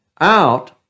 out